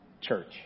church